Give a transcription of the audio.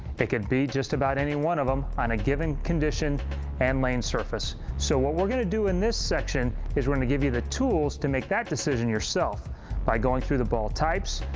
it can be just about any one of them on a given condition and lane surface. so, what we're going to do in this section is we're going to give you the tools to make that decision yourself by going through the ball types,